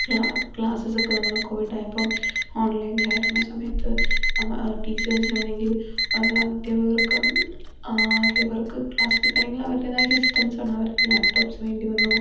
class ക്ലാസസ്സൊക്കെ നമ്മൾ കോവിഡായപ്പം ഒൺലൈനിലായിരുന്ന സമയത്ത് നമ്മ ടീച്ചേഴ്സിനാണെങ്കിൽ അദ്ധ്യാപകർക്കും അദ്ധ്യാപകർക്ക് ക്ലാസ്സെടുക്കുകയാണെങ്കിൽ അവരുടേതായ സിസ്റ്റംസ് വേണം അവർക്ക് ലാപ് ടോപ്സ് വേണ്ടി വന്നു